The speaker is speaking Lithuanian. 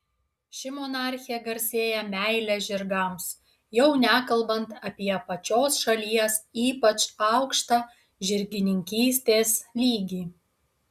ši monarchė garsėja meile žirgams jau nekalbant apie pačios šalies ypač aukštą žirgininkystės lygį